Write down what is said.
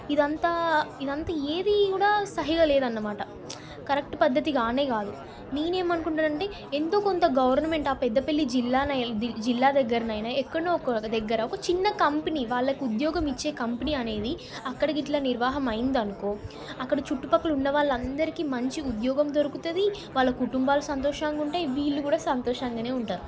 ఇదంతా ఇదంతా ఏదీ కూడా సహీగా లేదన్నమాట కరెక్ట్ పద్ధతి కానే కాదు నీనేం అనుకుంటాననంటే ఎందుకు అంత గవర్నమెంట్ ఆ పెద్దపల్లి జిల్లా జిల్లా దగ్గరనయినా ఎక్కడనో ఒక దగ్గర ఒక చిన్న కంపెనీ వాళ్లకు ఉద్యోగం ఇచ్చే కంపెనీ అనేది అక్కడ గిట్లా నిర్వాహం అయిందనుకో అక్కడ చుట్టూ పక్కల ఉన్నవారందరికి మంచిగా ఉద్యోగం దొరుకుతది వాళ్ళ కుటుంబాలు సంతోషంగా ఉంటాయి వీళ్ళు కూడా సంతోషంగానే ఉంటారు